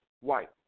white